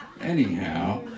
Anyhow